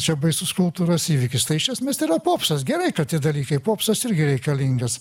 čia baisus kultūros įvykis tai iš esmės tai yra popsas gerai kad tie dalykai popsas irgi reikalingas